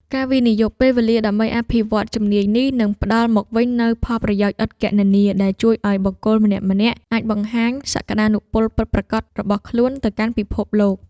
ការវិនិយោគពេលវេលាដើម្បីអភិវឌ្ឍជំនាញនេះ នឹងផ្ដល់មកវិញនូវផលប្រយោជន៍ឥតគណនា ដែលជួយឱ្យបុគ្គលម្នាក់ៗអាចបង្ហាញសក្ដានុពលពិតប្រាកដរបស់ខ្លួនទៅកាន់ពិភពលោក។